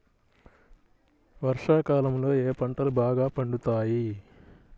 వర్షాకాలంలో ఏ పంటలు బాగా పండుతాయి?